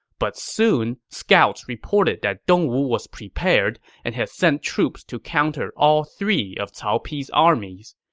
but soon, scouts reported that dongwu was prepared and had sent troops to counter all three of cao pi's armies.